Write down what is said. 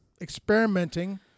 experimenting